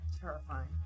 Terrifying